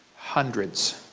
hundreds.